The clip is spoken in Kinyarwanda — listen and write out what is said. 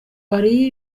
wariye